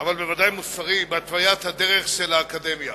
אבל ודאי מוסרי, בהתוויית הדרך של האקדמיה.